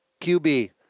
QB